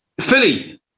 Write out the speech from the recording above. Philly